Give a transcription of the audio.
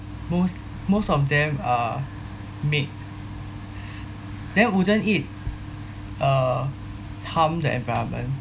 most most of them are made then wouldn't it uh harm the environment